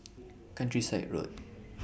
Countryside Road